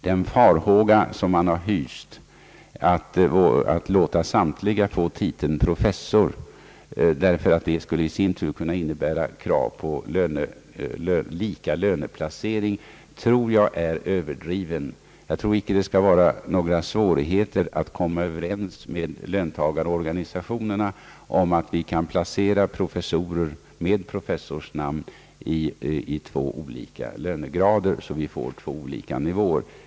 Den farhåga man har hyst mot att låta samtliga få titeln professor — nämligen att det skulle medföra krav på lika löneplacering — tror jag är överdriven. Det blir nog inte svårt att komma överens med löntagarorganisationerna om att placera personer med professors namn i två olika lönegrader.